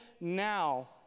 now